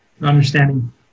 understanding